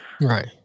Right